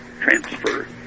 transfer